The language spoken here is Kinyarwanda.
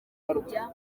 kujya